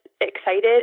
excited